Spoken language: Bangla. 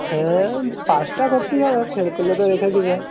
হ্যাঁ পাশটা করতেই হবে ফেল করলে তো রেখে দেবে